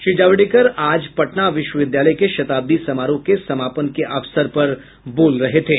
श्री जावड़ेकर आज पटना विश्वविद्यालय के शताब्दी समारोह के समापन के अवसर पर बोल रहे थे